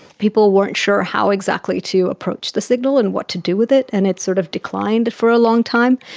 people weren't sure how exactly to approach the signal and what to do with it and it sort of declined for a long time,